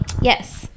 Yes